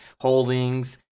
holdings